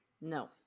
No